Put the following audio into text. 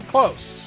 Close